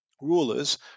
rulers